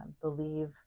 believe